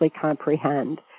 comprehend